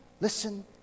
listen